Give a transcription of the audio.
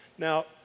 Now